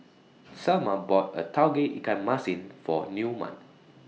Selma bought A Tauge Ikan Masin For Newman